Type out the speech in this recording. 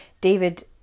david